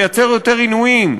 ייצר יותר עינויים.